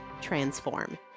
transform